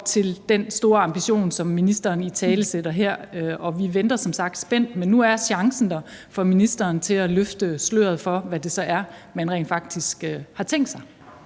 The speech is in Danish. til den store ambition, som ministeren italesætter her. Vi venter som sagt spændt, men nu er chancen der for ministeren til at løfte sløret for, hvad det så er, man rent faktisk har tænkt sig.